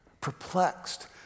perplexed